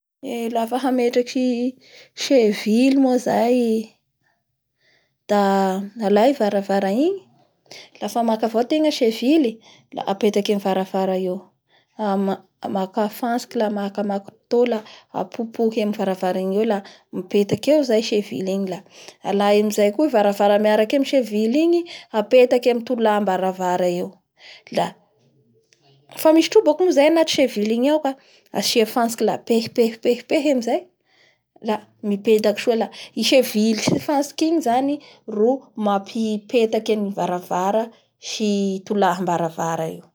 Eee, lafa hametaky sevily moa zay da alay varavara igny, lafa maka avao ategna sevily apetaky amin'ny varavara eo maka fantsika a maka marto la apopoky amin'ny varavara igny eo, la mipetaky eo zay sevily igny, aay amizay koa i varavara miaraky amin'ny sevily igny apetaky amin'ny tolamabaravara eo la fa misy trobaky moa zay anatin'ny seliny igny ao ka, asia fantsiky la pepepehihy amizay a mipetaky soa la i sevily sy fantsiky zany ro mamapy petaky an'i varavara sy tolahimbaravara igny.